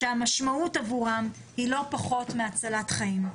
כשהמשמעות עבורם היא לא פחות מהצלת חיים.